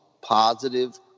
positive